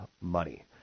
money